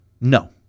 No